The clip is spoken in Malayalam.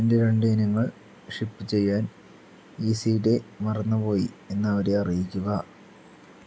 എന്റെ രണ്ട് ഇനങ്ങൾ ഷിപ്പ് ചെയ്യാൻ ഈസീഡേ മറന്നുപോയി എന്ന് അവരെ അറിയിക്കുക